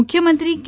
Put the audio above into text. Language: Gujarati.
મુખ્યમંત્રી કે